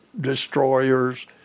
destroyers